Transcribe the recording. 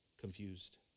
confused